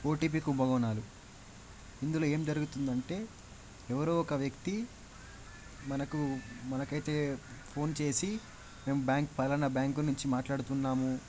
OTP కుంభకోణాలు ఇందులో ఏం జరుగుతుందంటే ఎవరో ఒక వ్యక్తి మనకు మనకైతే ఫోన్ చేసి మేము బ్యాంక్ ఫలానా బ్యాంకు నుంచి మాట్లాడుతున్నాము